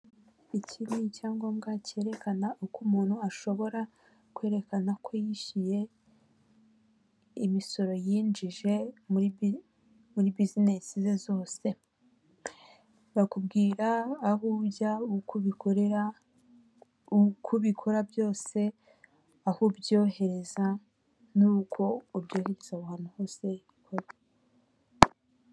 Iki ni icyangombwa cyerekana uko umuntu ashobora kwerekana ko yishyuye imisoro yinjije muri muri buzinesi ze zose, bakubwira aho ujya uko ubikorera uko ubikora byose aho ubyohereza n'uko ubyuhereza aho ahantu hose bakora.